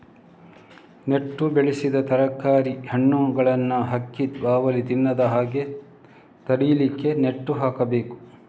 ನೆಟ್ಟು ಬೆಳೆಸಿದ ತರಕಾರಿ, ಹಣ್ಣುಗಳನ್ನ ಹಕ್ಕಿ, ಬಾವಲಿ ತಿನ್ನದ ಹಾಗೆ ತಡೀಲಿಕ್ಕೆ ನೆಟ್ಟು ಕಟ್ಬೇಕು